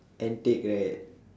antique right